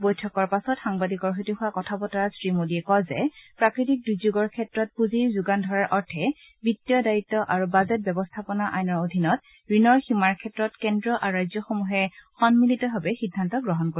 বৈঠকৰ পাছত সাংবাদিকৰ সৈতে হোৱা কথা বতৰাত শ্ৰীমোডীয়ে কয় যে প্ৰাকৃতিক দুৰ্যোগৰ ক্ষেত্ৰত পুঁজি যোগান ধৰাৰ অৰ্থে বিত্তীয় দায়িত্ব আৰু বাজেট ব্যৱস্থাপনা আইনৰ অধীনত ঋণৰ সীমাৰ ক্ষেত্ৰত কেন্দ্ৰ আৰু ৰাজ্যসমূহে সন্মিলিতভাৱে সিদ্ধান্ত গ্ৰহণ কৰিব